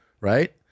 right